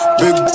big